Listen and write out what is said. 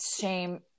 shame